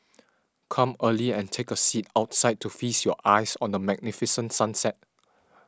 come early and take a seat outside to feast your eyes on the magnificent sunset